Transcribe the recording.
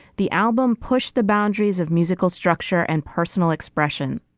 the album pushed the boundaries of musical structure and personal expression.